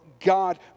God